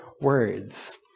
words